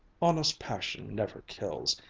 honest passion never kills.